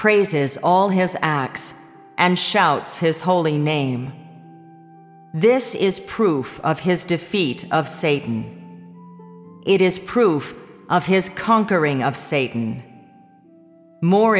praises all his acts and shouts his holy name this is proof of his defeat of satan it is proof of his conquering of satan more